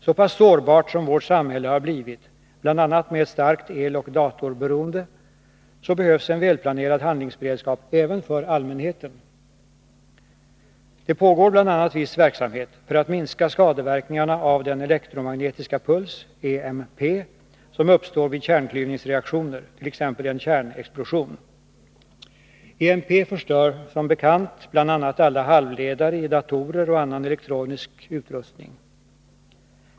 Så pass sårbart som vårt samhälle har blivit, bl.a. med ett starkt eloch datorberoende, behövs en välplanerad handlingsberedskap även för allmänheten. Det pågår bl.a. viss verksamhet för att minska skadeverkningarna av den elekromagnetiska puls, EMP, som uppstår vid kärnklyvningsreaktioner, t.ex. en kärnexplosion. EMP förstör som bekant bl.a. alla halvledare i datorer och annan elektronisk utrustning.